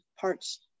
parts